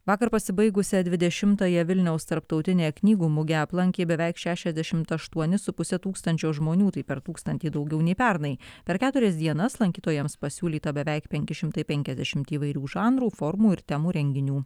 vakar pasibaigusią dvidešimtąją vilniaus tarptautinę knygų mugę aplankė beveik šešiasdešimt aštuoni su puse tūkstančio žmonių tai per tūkstantį daugiau nei pernai per keturias dienas lankytojams pasiūlyta beveik penki šimtai penkiasdešimt įvairių žanrų formų ir temų renginių